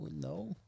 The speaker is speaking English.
no